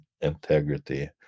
integrity